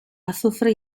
azufre